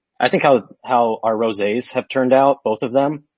i think how how our roses have turned out, both of them,